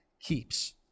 Keeps